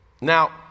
Now